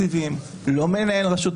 לא ממונה על תקציבים,